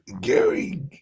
Gary